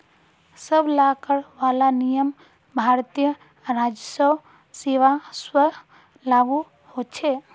सब ला कर वाला नियम भारतीय राजस्व सेवा स्व लागू होछे